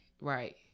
right